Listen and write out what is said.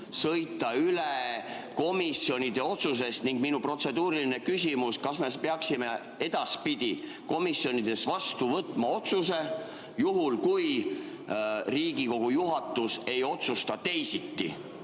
sõita üle komisjonide otsusest? Ning minu protseduuriline küsimus: kas me peaksime edaspidi komisjonides vastu võtma otsuse [märkusega] "juhul kui Riigikogu juhatus ei otsusta teisiti"?